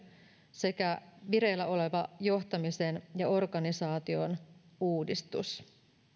sekä vireillä oleva johtamisen ja organisaation uudistus